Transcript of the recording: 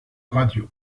radio